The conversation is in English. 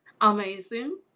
Amazing